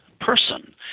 person